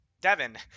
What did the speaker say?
Devin